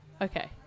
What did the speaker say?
okay